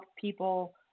people